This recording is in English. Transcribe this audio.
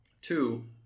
Two